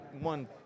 one